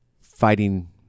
fighting